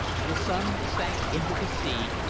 the sun sank into the sea,